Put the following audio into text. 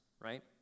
right